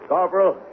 Corporal